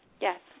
Yes